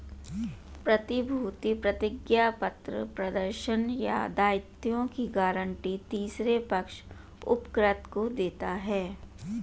प्रतिभूति प्रतिज्ञापत्र प्रदर्शन या दायित्वों की गारंटी तीसरे पक्ष उपकृत को देता है